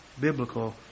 biblical